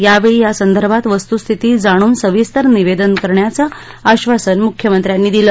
यावेळी यासंदर्भात वस्तुस्थिती जाणून सविस्तर निवेदन करण्याचं आक्षासन मुख्यमंत्र्यांनी दिलं